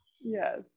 yes